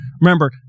Remember